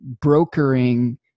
brokering